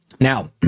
Now